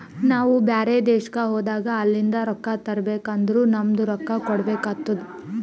ನಾವು ಬ್ಯಾರೆ ದೇಶ್ಕ ಹೋದಾಗ ಅಲಿಂದ್ ರೊಕ್ಕಾ ತಗೋಬೇಕ್ ಅಂದುರ್ ನಮ್ದು ರೊಕ್ಕಾ ಕೊಡ್ಬೇಕು ಆತ್ತುದ್